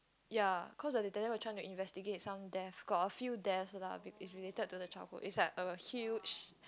ya cause the detective were trying to investigate some death cause a few death lah is related to the childhood is like our huge